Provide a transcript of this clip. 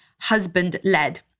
husband-led